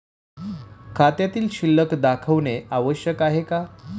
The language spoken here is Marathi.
खात्यातील शिल्लक दाखवणे आवश्यक आहे का?